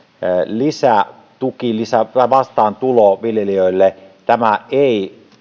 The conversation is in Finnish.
lisätuki ja vastaantulo viljelijöille ei